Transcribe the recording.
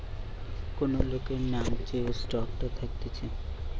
কোন লোকের নাম যে স্টকটা থাকতিছে